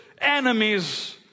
enemies